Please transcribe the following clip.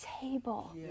table